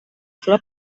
flor